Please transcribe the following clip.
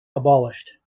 abolished